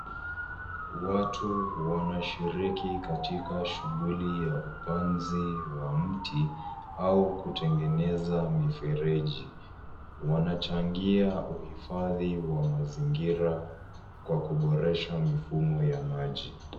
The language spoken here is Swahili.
Watu wanashiriki katika shughuli ya upanzi wa mti au kutengeneza mfereji. Wanachangia uhifadhi wa mazingira kwa kuboresha mfumo wa maji.